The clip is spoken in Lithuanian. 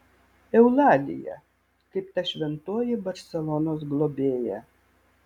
eulalija kaip ta šventoji barselonos globėja